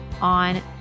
on